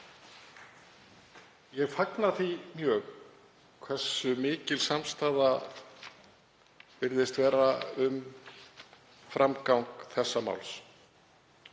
Ég fagna því mjög hversu mikil samstaða virðist vera um framgang þessa máls.